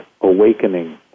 awakening